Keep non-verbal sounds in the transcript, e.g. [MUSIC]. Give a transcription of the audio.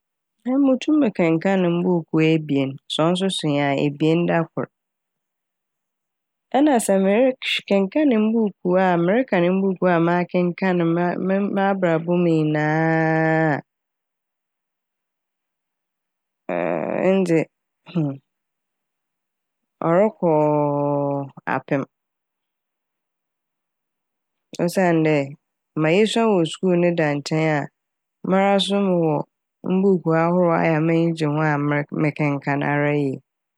[NOISE] Emi mutum kenkaan mbuukuu ebien. Sɛ ɔnnsoso nye a ebien da kor. Ɛna sɛ merehw- kenkaan mbuukuu a merekan mbuukuu a makenkaan ne m- ma- m'abrabɔ mu nyinaa a [HESITATION] ɛno dze [HESITATION] ɔrokɔɔ apem. [NOISE] Osiandɛ ma yesua no wɔ skuul no da nkyɛn a mara so mowɔ mbuukuu a ahorow a ɔyɛ a m'enyi gye ho a mere- mekenkan ara yie.